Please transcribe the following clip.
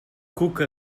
cuca